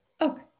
Okay